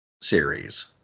series